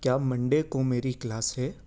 کیا منڈے کو میری کلاس ہے